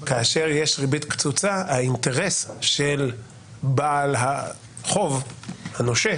כאשר יש ריבית קצוצה האינטרס של בעל החוב, הנושה,